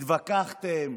התווכחתם,